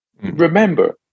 remember